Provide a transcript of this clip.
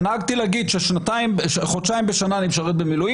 ונהגתי להגיד שחודשיים בשנה אני משרת במילואים